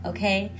Okay